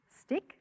stick